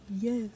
Yes